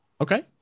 okay